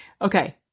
Okay